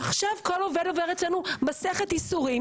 עכשיו כל עובד עובר אצלנו מסכת ייסורים